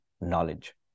knowledge